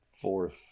fourth